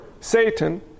Satan